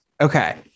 Okay